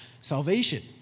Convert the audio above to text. salvation